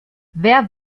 wer